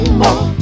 more